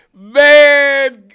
Man